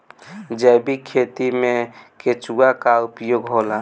जैविक खेती मे केचुआ का उपयोग होला?